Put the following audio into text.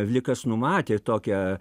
vlikas numatė tokią